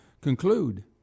conclude